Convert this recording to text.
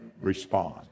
respond